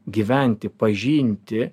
gyventi pažinti